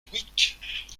dhuicq